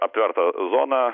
aptverta zona